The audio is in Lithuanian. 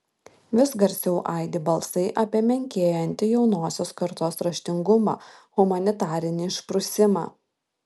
vis garsiau aidi balsai apie menkėjantį jaunosios kartos raštingumą humanitarinį išprusimą